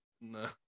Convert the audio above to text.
No